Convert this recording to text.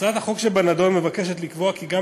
הצעת החוק שבנדון מבקשת לקבוע כי גם